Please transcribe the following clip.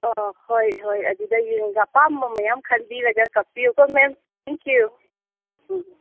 ꯑꯣ ꯍꯣꯏ ꯍꯣꯏ ꯑꯗꯨꯗ ꯌꯦꯡꯂꯒ ꯑꯄꯥꯝꯕ ꯃꯌꯥꯝ ꯈꯟꯕꯤꯔꯒ ꯀꯛꯄꯤꯌꯨꯀꯣ ꯃꯦꯝ ꯊꯦꯡꯛ ꯌꯨ ꯎꯝ